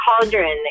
cauldron